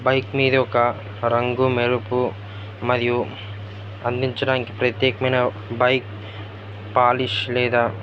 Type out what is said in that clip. bike మీది ఒక రంగు మెరుపు మరియు అందించడానికి ప్రత్యేకమైన బైక్ పాలిష్ లేదా